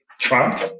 Trump